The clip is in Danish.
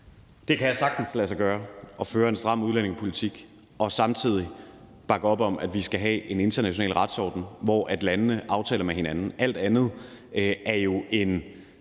Det kan sagtens lade sig gøre at føre en stram udlændingepolitik og samtidig bakke op om, at vi skal have en international retsorden, hvor landene aftaler det med hinanden. Alt andet er jo en